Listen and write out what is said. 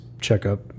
Checkup